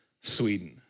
Sweden